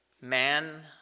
man